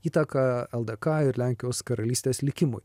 įtaką ldk ir lenkijos karalystės likimui